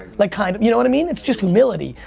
like kind of, you know what i mean, it's just humility,